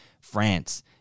France